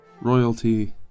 royalty